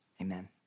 Amen